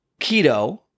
Keto